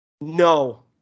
no